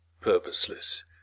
purposeless